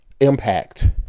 impact